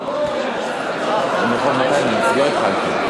אני הקשבתי לך.